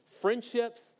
friendships